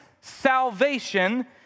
salvation